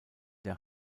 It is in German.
der